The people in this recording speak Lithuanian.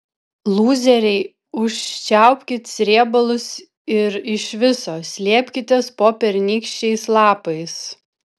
lūzeriai užčiaupkit srėbalus ir iš viso slėpkitės po pernykščiais lapais